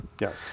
yes